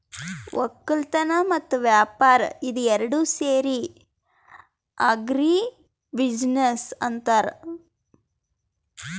ವಕ್ಕಲತನ್ ಮತ್ತ್ ವ್ಯಾಪಾರ್ ಇದ ಏರಡ್ ಸೇರಿ ಆಗ್ರಿ ಬಿಜಿನೆಸ್ ಅಂತಾರ್